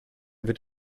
wird